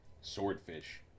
Swordfish